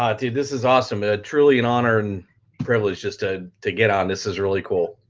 ah dude, this is awesome, ah truly an honor and privilege just ah to get on, this is really cool.